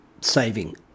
saving